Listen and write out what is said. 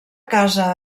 casa